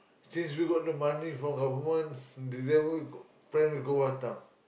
since you got the money from a once December friend we go Batam